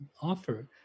offer